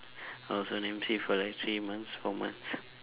I was on M_C for like three months four months